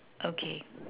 okay